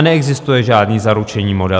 Neexistuje žádný zaručený model.